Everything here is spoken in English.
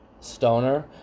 Stoner